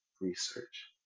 research